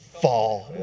fall